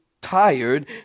tired